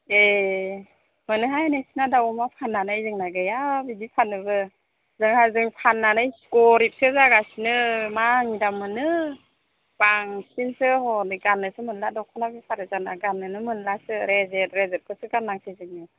ए मोनोहाय नोंसिना दाउ अमा फाननानै जोंना गैया बिदि फाननोबो जोंहा जों फाननानै गरिबसो जागासिनो मा मोजां मोनो बांसिनसो हनै गाननोसो मोना दख'ना बेफारि जाना गाननोनो मोनलासो रेजेक्ट रेजेकखौसो गाननांसै जोङो